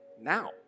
now